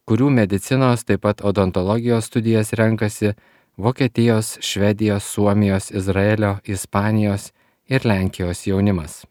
kurių medicinos taip pat odontologijos studijas renkasi vokietijos švedijos suomijos izraelio ispanijos ir lenkijos jaunimas